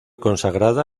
consagrada